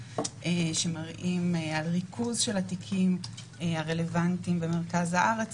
שמראים על ריכוז של התיקים הרלוונטיים במרכז הארץ,